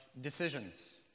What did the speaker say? decisions